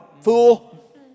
fool